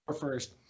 first